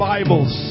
Bibles